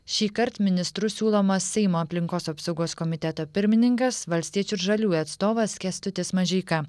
šįkart ministru siūlomas seimo aplinkos apsaugos komiteto pirmininkas valstiečių ir žaliųjų atstovas kęstutis mažeika